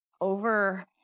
over